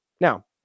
Now